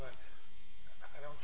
but i don't